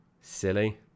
silly